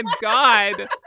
God